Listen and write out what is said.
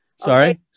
Sorry